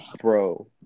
bro